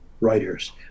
writers